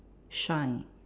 shine